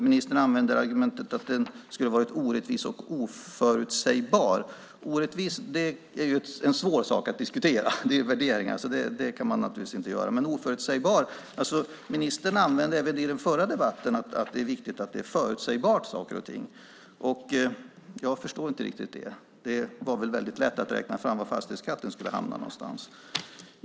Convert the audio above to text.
Ministern använder argumentet att den skulle ha varit orättvis och oförutsägbar. Om den var orättvis är en svår sak att diskutera. Det handlar ju om värderingar, så det kan man naturligtvis inte diskutera. Men när det gäller oförutsägbar sade ministern även i den förra debatten att det är viktigt att saker och ting är förutsägbara. Jag förstår inte riktigt det. Det var väl väldigt lätt att räkna fram var fastighetsskatten skulle hamna någonstans.